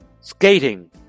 Skating